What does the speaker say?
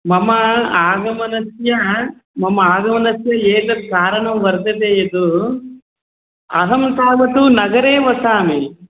मम आगमनस्य मम आगमनस्य एकं कारणं वर्तते यत् अहं तावत् नगरे वसामि